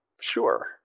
Sure